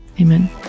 amen